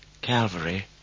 Calvary